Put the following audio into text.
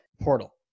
Portal